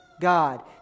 God